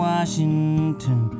Washington